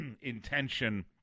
intention